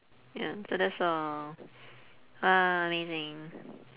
ya so that's all ah amazing